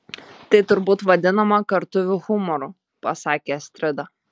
tai turbūt vadinama kartuvių humoru pasakė astrida